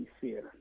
fear